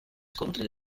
scontri